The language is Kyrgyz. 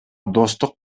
достук